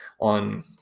on